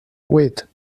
vuit